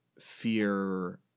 fear